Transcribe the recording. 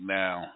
now